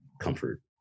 comfort